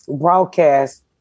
broadcast